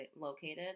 located